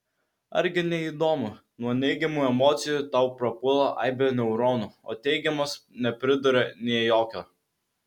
argi ne įdomu nuo neigiamų emocijų tau prapuola aibė neuronų o teigiamos nepriduria nė jokio